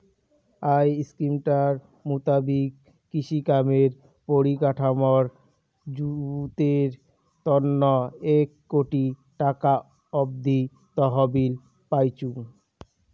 I স্কিমটার মুতাবিক কৃষিকামের পরিকাঠামর জুতের তন্ন এক কোটি টাকা অব্দি তহবিল পাইচুঙ